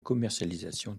commercialisation